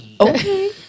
Okay